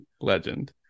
Legend